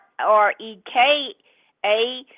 R-E-K-A